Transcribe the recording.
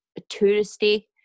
touristy